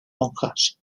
monjas